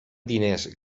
diners